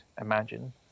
imagine